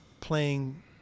playing